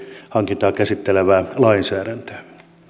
hankintoja käsittelevää lainsäädäntöä